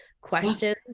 questions